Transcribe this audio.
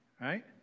right